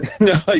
No